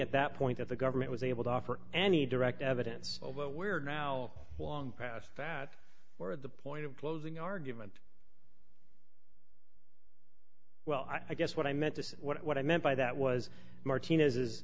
at that point that the government was able to offer any direct evidence of what we're now long past that we're at the point of closing argument well i guess what i meant to say what i meant by that was martinez is